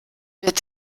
wird